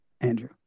Andrew